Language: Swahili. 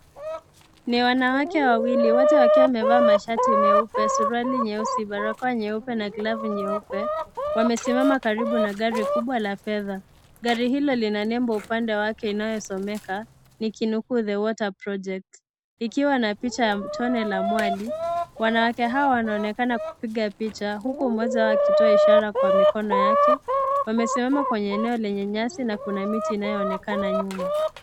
Ni wanawake wawili wote wakiwa wamevaa mashati mweupe, suruali nyeusi, barakoa na glovu nyeupe, wamesimama karibu na gari kubwa la fedha, gari hilo lina nembo upande wake unaosomeka niki nukuu " the water project " ikiwa na picha ya tone la mwali, wanawake hawa wanaonekana kupiga picha huku mmoja wao akitoa ishara kwa mikono yake, wamesimama kwenye eneo yenye nyasi na kuna miti inayoonekana nyuma.